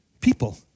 people